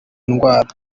ndwara